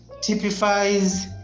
typifies